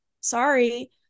sorry